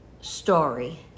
story